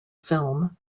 film